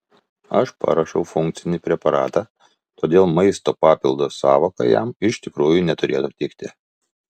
aš paruošiau funkcinį preparatą todėl maisto papildo sąvoka jam iš tikrųjų neturėtų tikti